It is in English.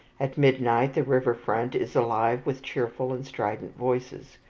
at midnight the river front is alive with cheerful and strident voices.